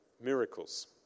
miracles